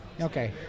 Okay